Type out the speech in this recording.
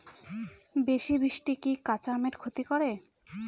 বেশি বৃষ্টি কি কাঁচা আমের ক্ষতি করে?